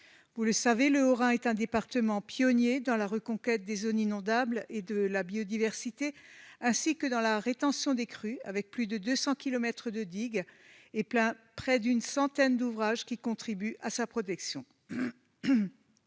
Vous le savez, le Haut-Rhin est un département pionnier s'agissant de la reconquête des zones inondables et de la biodiversité, ainsi que de la rétention des crues, puisqu'il est pourvu de plus de 200 kilomètres de digues et de près d'une centaine d'ouvrages qui contribuent à sa protection.